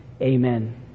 Amen